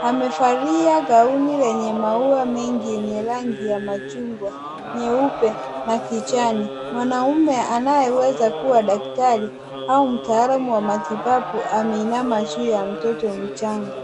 Amevalia gauni lenye maua mengi yenye rangi ya machungwa, nyeupe na kijani. Mwanaume anayeweza kuwa daktari au mtaalam wa matibabu, ameinama juu ya mtoto mchanga.